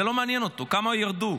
זה לא מעניין אותו כמה ירדו.